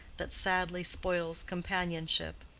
that sadly spoils companionship.